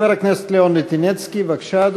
חבר הכנסת לאון ליטינצקי, בבקשה,